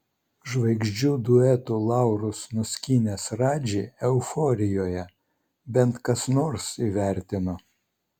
žvaigždžių duetų laurus nuskynęs radži euforijoje bent kas nors įvertino